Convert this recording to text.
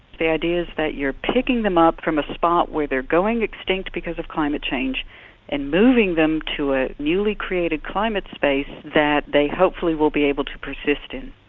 the idea is that you're picking them up from a spot where they're going extinct because of climate change and moving them to a newly created climate space that they hopefully will be able to persist in.